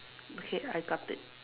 okay I got it